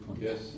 Yes